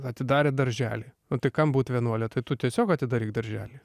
atidarė darželį o tai kam būt vienuole tai tu tiesiog atidaryk darželį